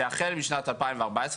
שהחל משנת 2014,